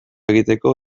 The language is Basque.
egiteko